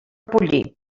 pollí